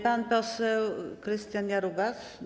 Pan poseł Krystian Jarubas.